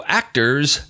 actors